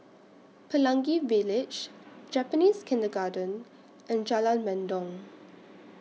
Pelangi Village Japanese Kindergarten and Jalan Mendong